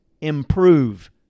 improve